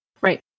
Right